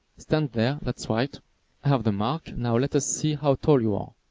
stand there, that's right. i have the mark, now let us see how tall you are.